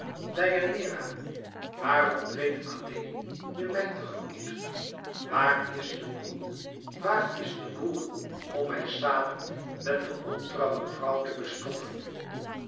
deianeira waarom treedt alleén je mij te gemoet waar is de boel waar is de boel om mij samen met de ontrouwe vrouw te bespotten